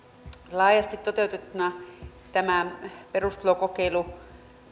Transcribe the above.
laajasti toteutettuna tämä perustulokokeilu